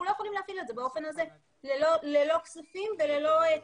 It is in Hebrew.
אנחנו לא יכולים להפעיל את זה באופן הזה ללא כספים וללא תקצוב.